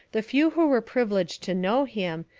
the few who were privileged to know him,